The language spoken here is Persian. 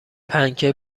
پنکه